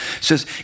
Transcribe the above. says